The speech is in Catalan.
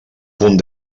punt